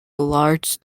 large